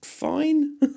Fine